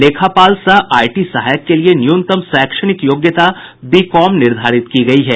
लेखापाल सह आईटी सहायक के लिए न्यूनतम शैक्षणिक योग्यता बीकॉम निर्धारित की गयी है